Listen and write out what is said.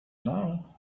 know